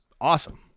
awesome